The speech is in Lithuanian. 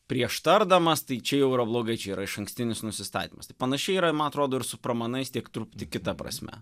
prieš tardamas tai čia jau yra blogai čia yra išankstinis nusistatymas tai panašiai yra man atrodo ir su pramanais tiek truputį kita prasme